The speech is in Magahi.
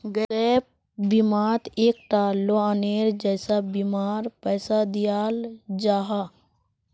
गैप बिमात एक टा लोअनेर जैसा बीमार पैसा दियाल जाहा